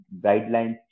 guidelines